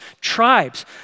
tribes